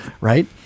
Right